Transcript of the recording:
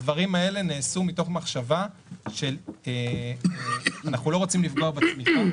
הדברים האלה נעשו מתוך מחשבה שאנחנו לא רוצים לפגוע בצמיחה,